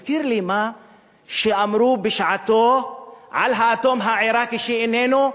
זה הזכיר לי מה שאמרו בשעתו על האטום העירקי שאיננו,